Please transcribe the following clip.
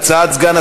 הציבור